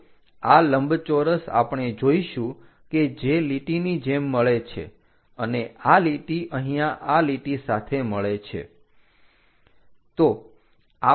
તો આ લંબચોરસ આપણે જોઇશું કે જે લીટીની જેમ મળે છે અને આ લીટી અહીંયા આ લીટી સાથે મળે છે